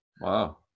Wow